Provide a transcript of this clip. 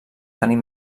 tenir